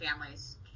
families